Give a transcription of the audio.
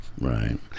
right